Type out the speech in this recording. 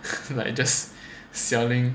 for like just selling